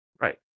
Right